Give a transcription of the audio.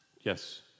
Yes